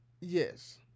yes